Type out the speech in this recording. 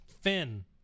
Finn